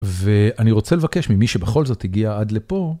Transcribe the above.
ואני רוצה לבקש ממי שבכל זאת הגיע עד לפה.